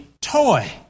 toy